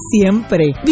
siempre